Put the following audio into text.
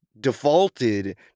defaulted